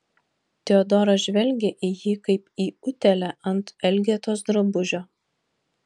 teodora žvelgė į jį kaip į utėlę ant elgetos drabužio